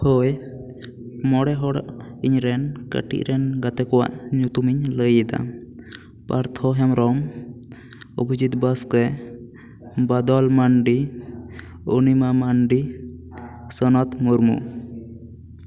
ᱦᱳᱭ ᱢᱚᱬᱮ ᱦᱚᱲ ᱤᱧ ᱨᱮᱱ ᱠᱟᱹᱴᱤᱡ ᱨᱮᱱ ᱜᱟᱛᱮ ᱠᱚᱣᱟᱜ ᱧᱩᱛᱩᱢᱤᱧ ᱞᱟᱹᱭ ᱮᱫᱟ ᱯᱟᱨᱛᱷᱚ ᱦᱮᱢᱵᱨᱚᱢ ᱚᱵᱷᱤᱡᱤᱛ ᱵᱟᱥᱠᱮ ᱵᱟᱫᱚᱞ ᱢᱟᱱᱰᱤ ᱚᱱᱤᱢᱟ ᱢᱟᱱᱰᱤ ᱥᱚᱱᱚᱛ ᱢᱩᱨᱢᱩ